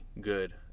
good